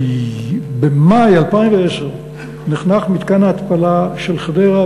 במאי 2010 נחנך מתקן ההתפלה של חדרה,